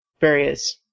various